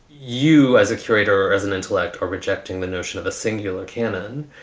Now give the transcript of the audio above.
you as a curator as an intellect or rejecting the notion of a singular canon.